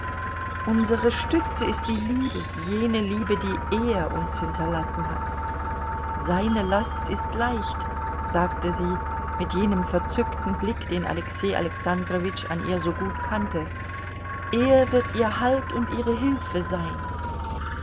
unsere stütze ist die liebe jene liebe die er uns hinterlassen hat seine last ist leicht sagte sie mit jenem verzückten blick den alexei alexandrowitsch an ihr so gut kannte er wird ihr halt und ihre hilfe sein